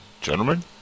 gentlemen